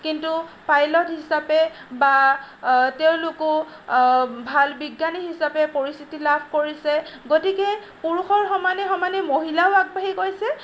কিন্তু পাইলট হিচাপে বা তেওঁলোকো ভাল বিজ্ঞানী হিচাপে পৰিচিতি লাভ কৰিছে গতিকে পুৰুষৰ সমানে সমানে মহিলাও আগবাঢ়ি গৈছে